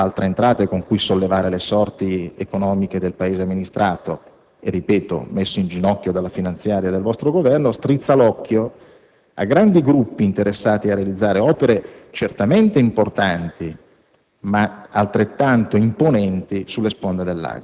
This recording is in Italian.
Qualche altro sindaco, attirato dagli oneri di urbanizzazione o da altre entrate con cui sollevare le sorti economiche del paese amministrato e, ripeto, messo in ginocchio dalla finanziaria del vostro Governo, strizza l'occhio ai grandi gruppi interessati a realizzare opere certamente importanti